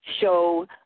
show